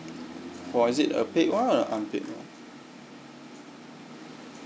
for is it a paid one or unpaid one